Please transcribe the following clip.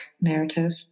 narrative